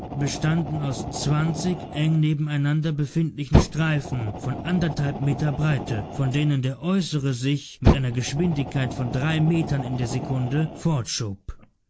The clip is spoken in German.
bestanden aus zwanzig eng nebeneinander befindlichen streifen von anderthalb meter breite von denen der äußere sich mit einer geschwindigkeit von drei metern in der sekunde